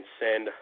send